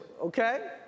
okay